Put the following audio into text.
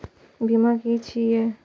बीमा की छी ये?